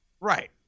Right